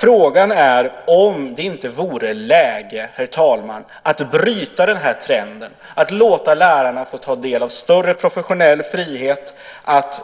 Frågan är om det inte vore läge, herr talman, att bryta den här trenden, att låta lärarna få ta del av större professionell frihet, att